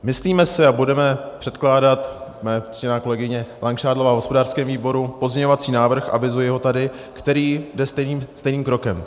Myslíme si, a budeme předkládat, moje ctěná kolegyně Langšádlová v hospodářském výboru, pozměňovací návrh, avizuji ho tady, který jde stejným krokem.